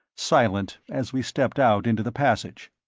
silent as we stepped out into the passage.